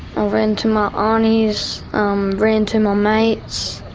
ah ran to my ah aunties, um ran to my mates.